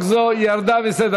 הצעת חוק זו ירדה מסדר-היום.